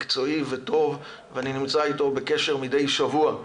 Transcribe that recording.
מקצועי וטוב ואני נמצא איתו בקשר מידי שבוע.